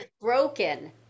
broken